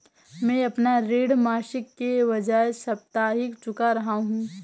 मैं अपना ऋण मासिक के बजाय साप्ताहिक चुका रहा हूँ